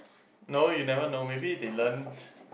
no you never know maybe they learnt